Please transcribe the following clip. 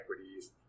equities